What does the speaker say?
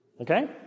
Okay